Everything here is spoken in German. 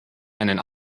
einen